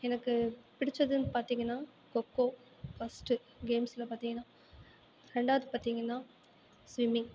எனக்கு பிடித்ததுன்னு பார்த்திங்கன்னா கொக்கோ ஃபஸ்ட்டு கேம்ஸில் பார்த்திங்கன்னா ரெண்டாவது பார்த்திங்கன்னா ஸ்விம்மிங்